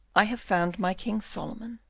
i have found my king solomon,